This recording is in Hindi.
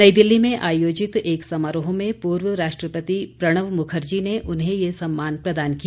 नई दिल्ली में आयोजित एक समारोह में पूर्व राष्ट्रपति प्रणव मुखर्जी ने उन्हें ये सम्मान प्रदान किया